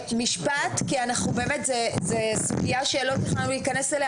זו סוגיה שלא תכננו להיכנס אליה,